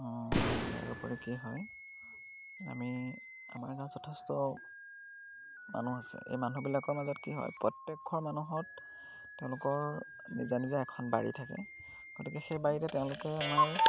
অঁ ইয়াৰ উপৰি কি হয় আমি আমাৰ গাঁৱত যথেষ্ট মানুহ আছে এই মানুহবিলাকৰ মাজত কি হয় প্ৰত্যেকঘৰ মানুহত তেওঁলোকৰ নিজা নিজা এখন বাৰী থাকে গতিকে সেই বাৰীতে তেওঁলোকে আমাৰ